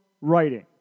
writing